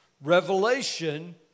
Revelation